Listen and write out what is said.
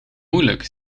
moeilijk